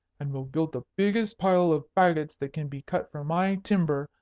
and we'll build the biggest pile of fagots that can be cut from my timber,